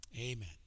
Amen